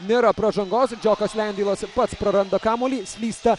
nėra pražangos džiokas lendeilas pats praranda kamuolį slysta